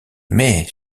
mais